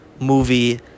movie